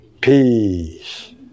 Peace